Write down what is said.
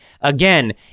again